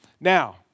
Now